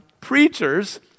Preachers